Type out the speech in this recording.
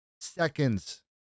Seconds